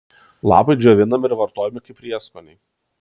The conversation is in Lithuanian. lapai džiovinami ir vartojami kaip prieskoniai